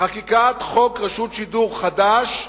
חקיקת חוק רשות שידור חדש,